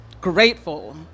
grateful